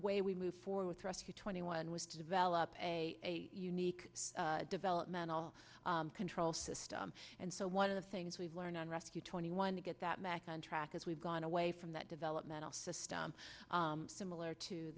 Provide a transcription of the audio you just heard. way we moved forward thrust to twenty one was to develop a unique developmental control system and so one of the things we've learned on rescue twenty one to get that back on track is we've gone away from that developmental system similar to